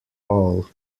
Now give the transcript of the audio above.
all